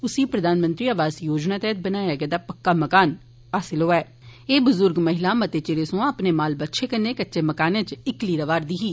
उस्सी प्रधानमंत्री आवास योजना तैहत बनाया गेदा पक्का मकान हासलि होआ ऐए एह बज्र्ग महिला मते चिरे सोयां अपने माल बच्छे कन्नै कच्चे मकाने इच इकली रवा करदी ही